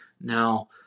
Now